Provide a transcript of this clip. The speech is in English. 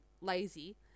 lazy